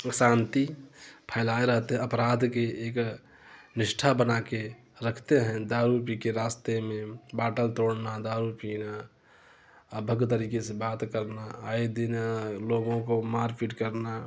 अशान्ति फैलाए रहते है अपराध के एक निष्ठा बनाके रखते है दारू पीके रास्ते मे बॉटल तोड़ना दारू पीना अभद्र तरीके से बात करना आए दिन लोगों को मारपीट करना